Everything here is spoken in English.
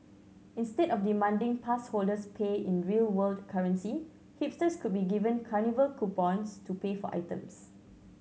instead of demanding pass holders pay in real world currency hipsters could be given carnival coupons to pay for items